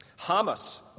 Hamas